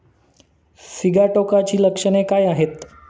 सिगाटोकाची लक्षणे काय आहेत?